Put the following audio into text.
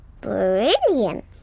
brilliant